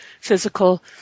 physical